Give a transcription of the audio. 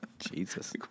Jesus